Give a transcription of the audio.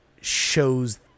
shows